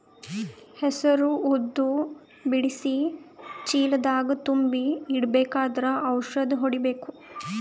ಹೆಸರು ಉದ್ದ ಬಿಡಿಸಿ ಚೀಲ ದಾಗ್ ತುಂಬಿ ಇಡ್ಬೇಕಾದ್ರ ಔಷದ ಹೊಡಿಬೇಕ?